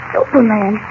Superman